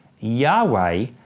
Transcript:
Yahweh